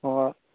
ꯍꯣꯏꯍꯣꯏ